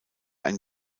ein